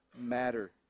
matter